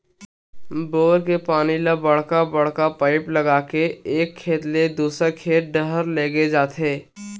bore के पानी ल बड़का बड़का पाइप लगा के एक खेत ले दूसर खेत डहर लेगे जाथे